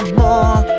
more